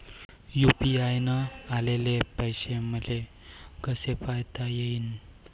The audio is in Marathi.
यू.पी.आय न आलेले पैसे मले कसे पायता येईन?